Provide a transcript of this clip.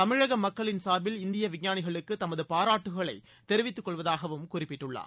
தமிழக மக்களின் சார்பில் இந்திய விஞ்ஞானிகளுக்கு தமது பாராட்டுகளை தெரிவித்துக்கொள்வதாகவும் குறிப்பிட்டுள்ளார்